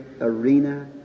arena